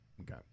Okay